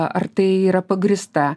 ar tai yra pagrįsta